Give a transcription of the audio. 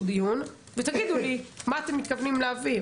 דיון ותגידו לי מה אתם מתכוונים להביא.